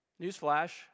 Newsflash